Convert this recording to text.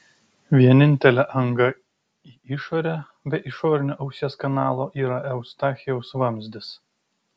vienintelė anga į išorę be išorinio ausies kanalo yra eustachijaus vamzdis